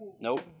Nope